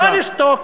לא לשתוק.